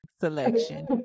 selection